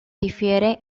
difiere